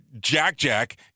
jack-jack